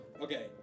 Okay